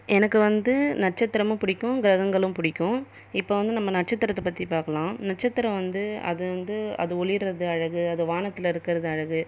எனக்கு வந்து நட்சத்திரமும் பிடிக்கும் கிரகங்களும் பிடிக்கும் இப்போ வந்து நம்ம நட்சத்திரத்தை பற்றி பார்க்கலாம் நட்சத்திரம் வந்து அது வந்து அது ஒளியற்றது அழகு அது வானத்தில் இருக்குறது அழகு